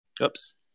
oops